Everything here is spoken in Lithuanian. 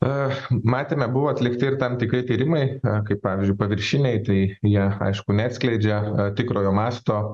ech matėme buvo atlikti ir tam tikri tyrimai kaip pavyzdžiui paviršiniai tai jie aišku neatskleidžia tikrojo masto